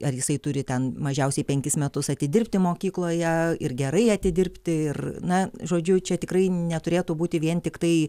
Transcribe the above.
ar jisai turi ten mažiausiai penkis metus atidirbti mokykloje ir gerai atidirbti ir na žodžiu čia tikrai neturėtų būti vien tiktai